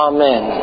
Amen